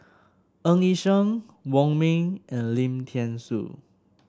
Ng Yi Sheng Wong Ming and Lim Thean Soo